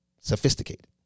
sophisticated